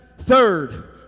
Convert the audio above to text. third